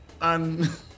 and-